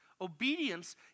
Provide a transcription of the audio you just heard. Obedience